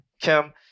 Kim